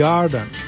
Garden